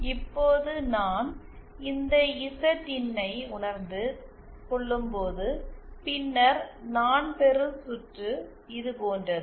இப்போது நான் இந்த இசட்இன் னை உணர்ந்து கொள்ளும் போது பின்னர் நான் பெறும் சுற்று இது போன்றது